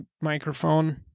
microphone